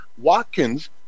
Watkins